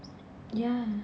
ya